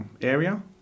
area